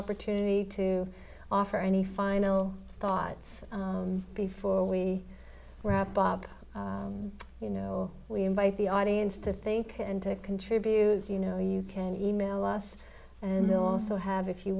opportunity to offer any final thoughts before we wrap bob you know we invite the audience to think and to contribute you know you can e mail us and we'll also have if you